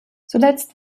zuletzt